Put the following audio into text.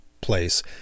place